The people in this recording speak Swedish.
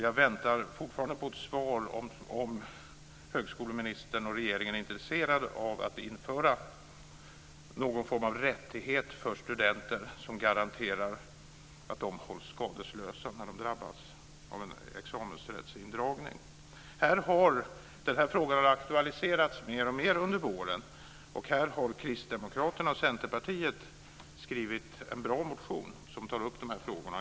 Jag väntar fortfarande på ett svar om ifall högskoleministern och regeringen är intresserade av att införa någon form av rättighet för studenter som garanterar att de hålls skadeslösa när de drabbas av en examensrättsindragning. Den här frågan har aktualiserats mer och mer under våren. Kristdemokraterna och Centerpartiet skrivit en bra motion som tar upp de här frågorna.